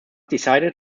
decided